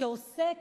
שעוסק